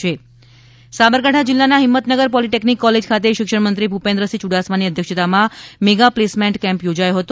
ભૂપેન્દ્રસિંહ યુડાસમા સાબરકાંઠા જિલ્લાના Himmatnagar polytechnic college ખાતે શિક્ષણમંત્રી શ્રી ભૂપેન્દ્રસિંહ યુડાસમાની અધ્યક્ષતામાં મેગા પ્લેસમેન્ટ કેમ્પ યોજાયો હતો